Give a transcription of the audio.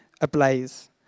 ablaze